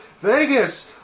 Vegas